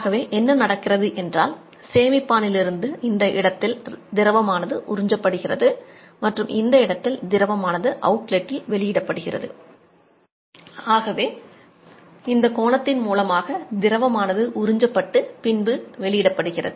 ஆகவே இந்த கோணத்தின் மூலமாக திரவமானது உறிஞ்சப்பட்டு பின்பு வெளியிடப்படுகிறது